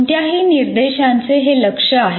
कोणत्याही निर्देशांचे हे लक्ष्य आहे